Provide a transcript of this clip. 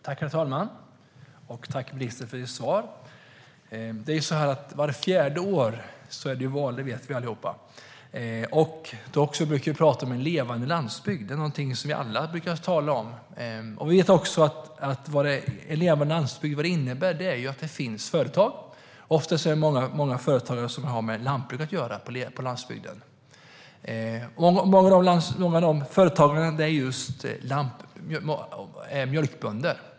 Herr talman! Jag tackar ministern för svaret. Vart fjärde år är det ju val, vilket vi vet allihop. Vi brukar då prata om en levande landsbygd. Det är någonting vi alla brukar tala om. Vi vet också att en levande landsbygd innebär att det finns företag. Oftast har många företag på landsbygden med lantbruk att göra, och många av de företagarna är just mjölkbönder.